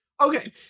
Okay